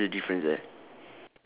ya there's a difference there